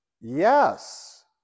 Yes